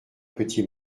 petit